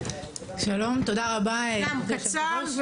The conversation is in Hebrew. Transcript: גם קצר,